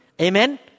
Amen